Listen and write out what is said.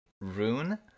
rune